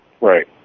Right